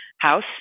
House